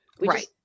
Right